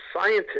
scientists